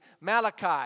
Malachi